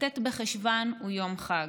כ"ט בחשוון הוא יום חג.